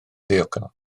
ddiogel